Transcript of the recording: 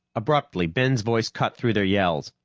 abruptly, ben's voice cut through their yells.